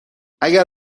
اگر